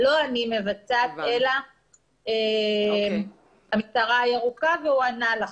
לא אני מבצעת אלא המשטרה הירוקה ושגיא ענה לכם.